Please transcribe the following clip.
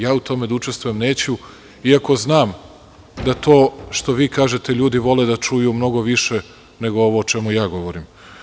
Ja u tome da učestvujem neću, iako znam da to što vi kažete ljudi vole da čuju mnogo više nego ovo o čemu ja govorim.